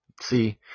See